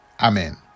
amen